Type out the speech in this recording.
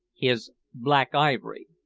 his black ivory.